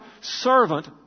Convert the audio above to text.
servant